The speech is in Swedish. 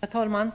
Herr talman!